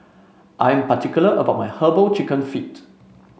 I'm particular about my herbal chicken feet